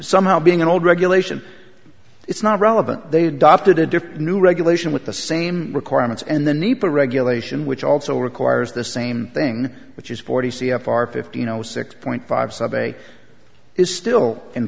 somehow being an old regulation it's not relevant they adopted a different new regulation with the same requirements and the need for regulation which also requires the same thing which is forty c f r fifty you know six point five subway is still in